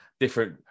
different